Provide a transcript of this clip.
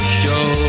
show